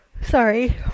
sorry